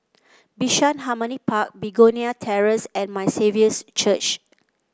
Bishan Harmony Park Begonia Terrace and My Saviour's Church